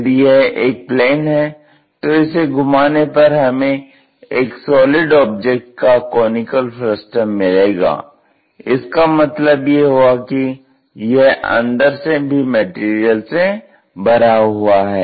यदि यह एक प्लेन है तो इसे घुमाने पर हमें एक सॉलि़ड ऑब्जेक्ट का कॉनिकल फ्रस्टम मिलेगा इसका मतलब यह हुआ कि यह अंदर से भी मैटेरियल से भरा हुआ है